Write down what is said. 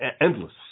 endless